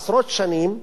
עשרות שנים,